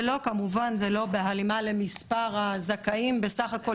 זה לא בהלימה למספר הזכאים בסך הכול